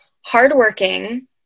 hardworking